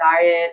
diet